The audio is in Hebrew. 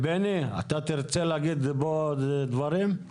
אין תכנון עכשיו לדברים שאתה דיברת עליהם,